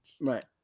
Right